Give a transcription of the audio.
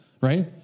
right